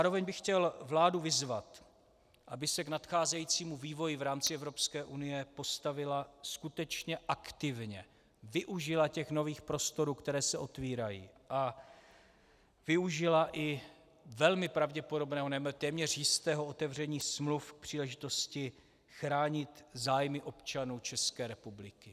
Zároveň bych chtěl vládu vyzvat, aby se k nadcházejícímu vývoji v rámci Evropské unie postavila skutečně aktivně, využila těch nových prostorů, které se otvírají, a využila i velmi pravděpodobného, nebo téměř jistého otevření smluv k příležitosti chránit zájmy občanů České republiky.